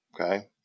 Okay